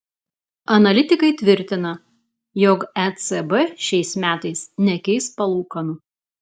analitikai tvirtina jog ecb šiais metais nekeis palūkanų